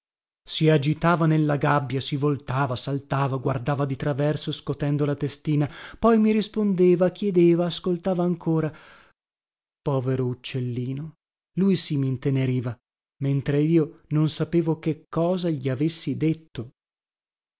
si agitava nella gabbia si voltava saltava guardava di traverso scotendo la testina poi mi rispondeva chiedeva ascoltava ancora povero uccellino lui sì minteneriva mentre io non sapevo che cosa gli avessi detto